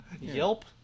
yelp